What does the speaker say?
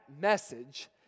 message